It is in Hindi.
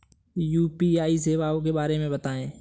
यू.पी.आई सेवाओं के बारे में बताएँ?